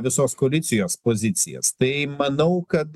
visos koalicijos pozicijas tai manau kad